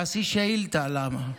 עשי שאילתה למה.